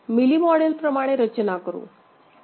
milli model प्रमाणे रचना करू